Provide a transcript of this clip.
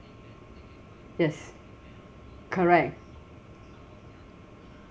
yes correct